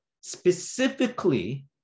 specifically